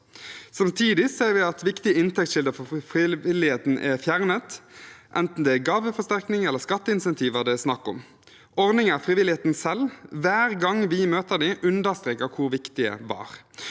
Vi ser også at viktige inntektskilder for frivilligheten er fjernet, enten det er gaveforsterkning eller skatteinsentiver det er snakk om, ordninger frivilligheten selv, hver gang vi møter dem, understreker hvor viktige var.